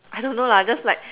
I don't know lah just like